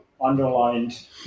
underlined